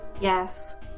Yes